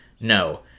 No